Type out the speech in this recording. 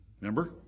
Remember